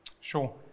Sure